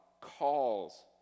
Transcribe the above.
calls